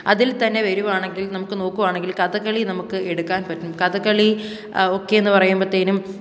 അതിൽ തന്നെ വരുകയാണെങ്കിൽ നമുക്ക് നോക്കുകയാണെങ്കിൽ കഥകളി നമുക്ക് എടുക്കാൻ പറ്റും കഥകളി ഒക്കെയെന്ന് പറയുമ്പോഴത്തേനും